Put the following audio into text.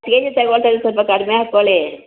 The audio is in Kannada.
ಕೆ ಜಿ ತಗೊಳ್ತಾಯಿದೆ ಸ್ವಲ್ಪ ಕಡಿಮೆ ಹಾಕ್ಕೊಳ್ಳಿ